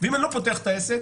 ואם אני לא פותח את העסק,